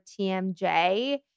TMJ